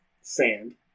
sand